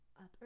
up